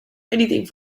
anything